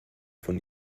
von